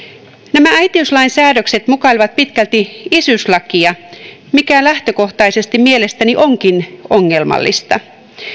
nämä äitiyslain säädökset mukailevat pitkälti isyyslakia mikä lähtökohtaisesti mielestäni onkin ongelmallista